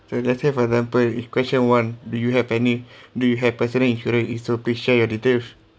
so let's say for example uh question one do you have any do you have personal insurance if so please share your details